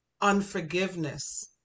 unforgiveness